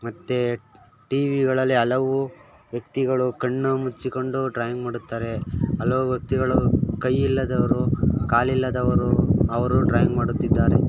ಮತ್ತು ಟಿ ವಿಗಳಲ್ಲಿ ಹಲವು ವ್ಯಕ್ತಿಗಳು ಕಣ್ಣು ಮುಚ್ಚಿಕೊಂಡು ಡ್ರಾಯಿಂಗ್ ಮಾಡುತ್ತಾರೆ ಹಲವು ವ್ಯಕ್ತಿಗಳು ಕೈ ಇಲ್ಲದವರು ಕಾಲಿಲ್ಲದವರು ಅವರೂ ಡ್ರಾಯಿಂಗ್ ಮಾಡುತ್ತಿದ್ದಾರೆ